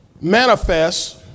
manifest